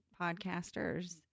podcasters